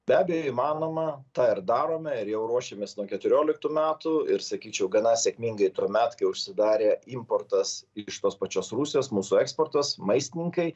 be abejo įmanoma tą ir darome ir jau ruošiamės nuo keturioliktų metų ir sakyčiau gana sėkmingai tuomet kai užsidarė importas iš tos pačios rusijos mūsų eksportas maistininkai